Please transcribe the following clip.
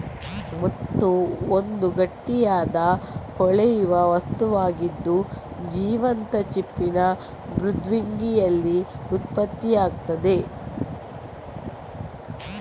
ಮುತ್ತು ಒಂದು ಗಟ್ಟಿಯಾದ, ಹೊಳೆಯುವ ವಸ್ತುವಾಗಿದ್ದು, ಜೀವಂತ ಚಿಪ್ಪಿನ ಮೃದ್ವಂಗಿಯಲ್ಲಿ ಉತ್ಪತ್ತಿಯಾಗ್ತದೆ